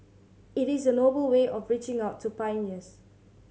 it is a noble way of reaching out to pioneers